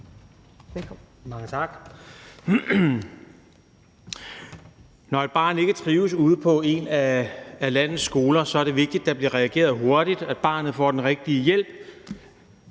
(SF): Mange tak. Når et barn ikke trives ude på en af landets skoler, er det vigtigt, at der bliver reageret hurtigt, og at barnet får den rigtige hjælp,